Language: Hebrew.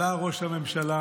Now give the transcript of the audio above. עלה ראש הממשלה,